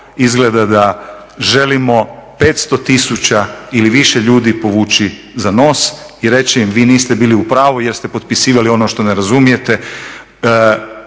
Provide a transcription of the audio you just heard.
izgleda da želimo 500 tisuća ili više ljudi povući za nos i reći im vi niste bili u pravu jer ste potpisivali ono što ne razumijete.